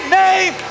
name